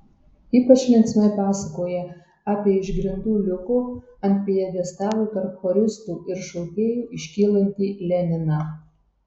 ypač linksmai pasakoja apie iš grindų liuko ant pjedestalo tarp choristų ir šokėjų iškylantį leniną